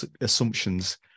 assumptions